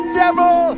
devil